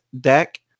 deck